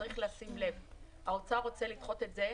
צריך לשים לב שהאוצר רוצה לדחות את זה